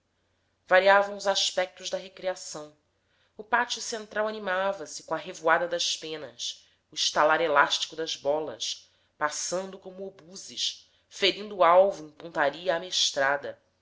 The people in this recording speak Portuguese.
variavam os aspectos da recreação o pátio central animava se com a revoada das penas o estalar elástico das bolas passando como obuses ferindo o alvo em pontaria amestrada